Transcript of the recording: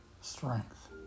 strength